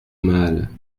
mal